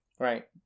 Right